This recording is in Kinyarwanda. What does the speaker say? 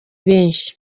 benshi